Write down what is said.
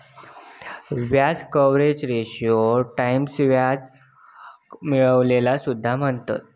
व्याज कव्हरेज रेशोक टाईम्स व्याज मिळविलेला सुद्धा म्हणतत